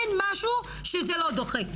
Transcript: אין משהו שזה לא דוחה.